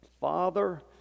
Father